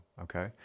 okay